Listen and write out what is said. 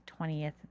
20th